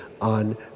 on